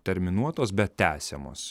terminuotos bet tęsiamos